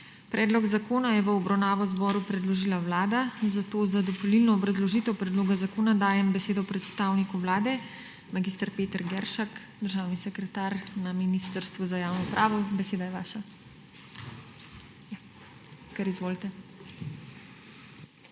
Predlog zakona je v obravnavo Državnemu zboru predložila Vlada, zato za dopolnilno obrazložitev predloga zakona dajem besedo predstavniku Vlade. Mag. Peter Geršak, državni sekretar na Ministrstvu za javno upravo, beseda je vaša. Izvolite.